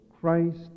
Christ